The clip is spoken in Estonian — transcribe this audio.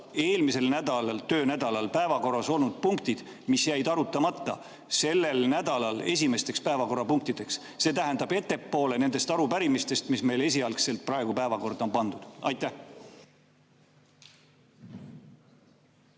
eelmisel töönädalal päevakorras olnud punktid, mis jäid arutamata, sellel nädalal esimesteks päevakorrapunktideks. See tähendab ettepoole nendest arupärimistest, mis meile esialgselt praegu päevakorda on pandud. Aitäh!